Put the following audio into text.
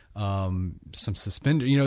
um some suspenders, you know